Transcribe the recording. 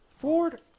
Ford